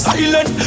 Silent